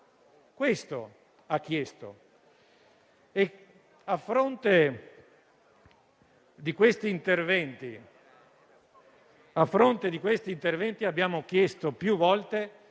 quanto ha chiesto. A fronte di questi interventi, abbiamo chiesto più volte